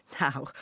Now